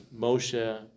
Moshe